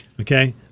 Okay